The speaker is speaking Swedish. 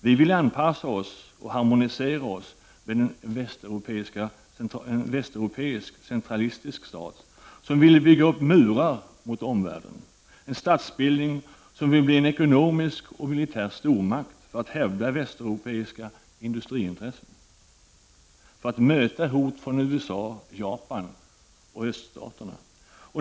Vi vill anpassa oss och harmonisera oss med en västeuropeisk centralistisk stat, som vill bygga upp murar mot omvärlden — en statsbildning som vill bli en ekonomisk och militär stormakt för att hävda västeuropeiska industriintressen för att möta hot från USA, Japan och öststaterna.